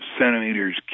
centimeters